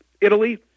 Italy